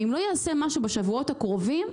ואם לא ייעשה משהו בשבועות הקרובים,